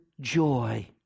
joy